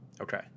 Okay